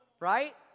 right